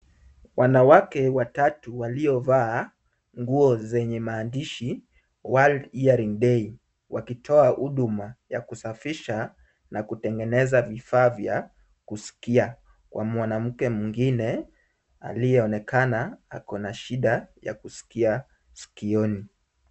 Wanawake watatu waliovaa nguo zenye maandishi world hearing day , wakitoa huduma ya kusafisha na kutengeneza vifaa vya kusikia, kwa mwanamke mwingine aliyeonekana ako na shida ya kusikia sikioni.